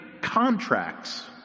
contracts